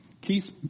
Keith